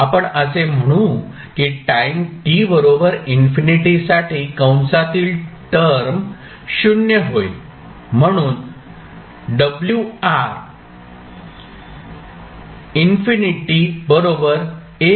आपण असे म्हणू की टाईम t बरोबर इन्फिनिटी साठी कंसातील टर्म 0 होईल म्हणून